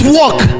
walk